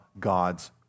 God's